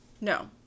No